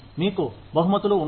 మీకు బహుమతులు ఉన్నాయి